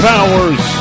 Powers